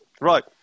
right